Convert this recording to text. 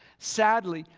sadly,